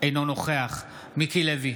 אינו נוכח מיקי לוי,